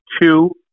two